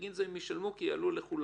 שבגין זה הם ישלמו כי יעלו לכולם.